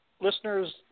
Listeners